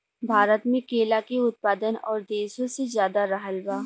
भारत मे केला के उत्पादन और देशो से ज्यादा रहल बा